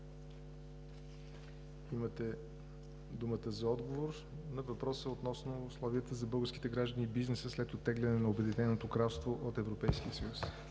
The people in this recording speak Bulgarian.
Имате думата за отговор на въпроса относно условията за българските граждани и бизнеса след оттегляне на Обединеното кралство от Европейския съюз.